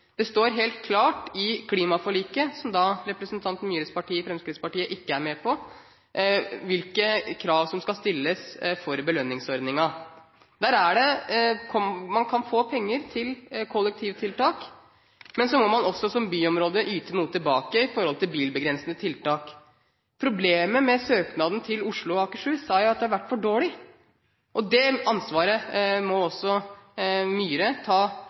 Det står helt klart i klimaforliket – som representanten Myhres parti, Fremskrittspartiet, ikke er med på – hvilke krav som skal stilles for belønningsordningen. Man kan få penger til kollektivtiltak, men så må man også som byområde yte noe tilbake i forhold til bilbegrensende tiltak. Problemet med søknaden fra Oslo og Akershus er at den har vært for dårlig, og det ansvaret må også Myhre ta